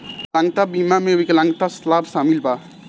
विकलांगता बीमा में विकलांगता लाभ शामिल बा